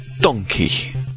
donkey